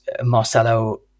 Marcelo